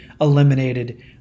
eliminated